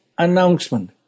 announcement